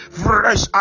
fresh